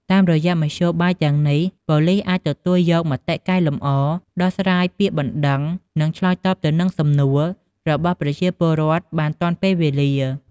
តាមរយៈមធ្យោបាយទាំងនេះ ប៉ូលីសអាច ទទួលយកមតិកែលម្អ ដោះស្រាយពាក្យបណ្ដឹង និងឆ្លើយតបទៅនឹងសំណួររបស់ប្រជាពលរដ្ឋបានទាន់ពេលវេលា។